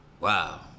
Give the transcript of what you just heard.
wow